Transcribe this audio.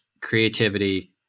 creativity